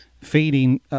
feeding